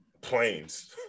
planes